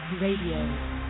Radio